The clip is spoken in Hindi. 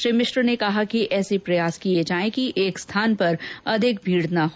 श्री मिश्र ने कहा कि ऐसे प्रयास किए जाए कि एक स्थान पर अधिक भीड न हो